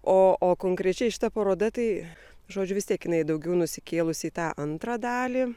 o o konkrečiai šita paroda tai žodžiu vis tiek jinai daugiau nusikėlusi į tą antrą dalį